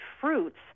fruits